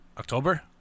October